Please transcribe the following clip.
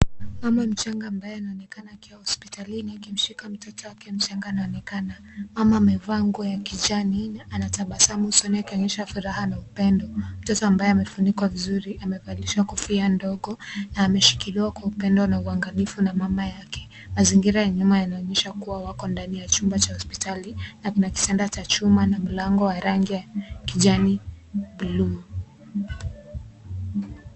Mama mchanga ambaye anaonekana akiwa hospitalini akimshika mtoto wake mchanga anaonekana. Mama amevaa nguo ya kijani anatabasamu usoni akionyesha furaha na upendo. Mtoto ambaye amefunikwa vizuri amevalishwa kofia ndogo na ameshikiliwa kwa upendo na uangalifu na mama yake. Mazingira ya nyuma yanaonyesha kuwa wako ndani ya chumba cha hospitali na kuna kitanda cha chuma na mlango wa rangi ya kijani bluu.